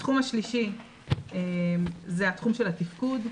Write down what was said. התחום השלישי זה התחום של התפקוד,